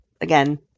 again